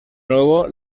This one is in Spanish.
nuevo